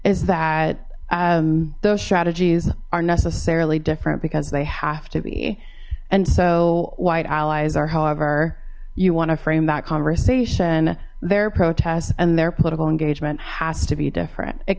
is that those strategies are necessarily different because they have to be and so white allies are however you want to frame that conversation their protests and their political engagement has to be different it